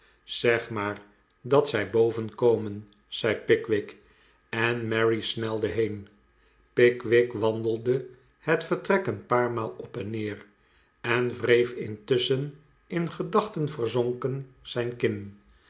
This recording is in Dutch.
zeg maar dat zij boven komen zei pickwick en mary snelde heen pickwick wandelde het vertrek een paar maal op en neer en wreef intusschen in gedachten verzonken zijn kin